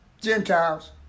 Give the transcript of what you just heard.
Gentiles